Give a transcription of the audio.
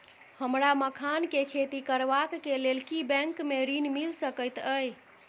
हमरा मखान केँ खेती करबाक केँ लेल की बैंक मै ऋण मिल सकैत अई?